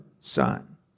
Son